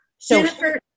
Jennifer